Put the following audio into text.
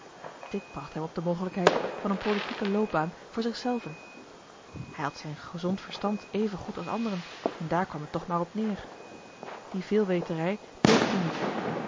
dit bracht hem op de mogelijkheid van een politieke loopbaan voor zich marcellus emants een drietal novellen zelven hij had zijn gezond verstand even goed als anderen en daar kwam het toch maar op neer die veelweterij deed het hem niet